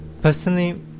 Personally